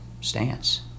stance